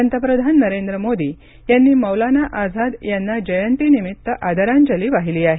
पंतप्रधान नरेंद्र मोदी यांनी मौलाना आझाद यांना जयंतीनिमित्त आदरांजली वाहिली आहे